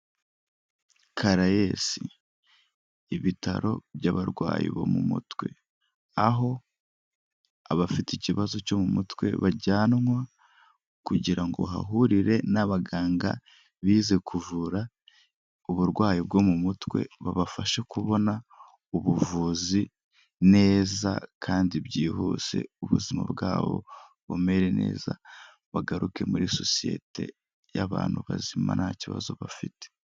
Karayesi ibitaro by'abarwayi bo mu mutwe, aho abafite ikibazo cyo mu mutwe bajyanwa kugira ngo bahahurire n'abaganga bize kuvura uburwayi bwo mu mutwe. Babafashe kubona ubuvuzi neza kandi byihuse ubuzima bwabo bumere neza, bagaruke muri sosiyete y'abantu bazima nta kibazo bafite.